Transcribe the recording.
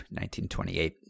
1928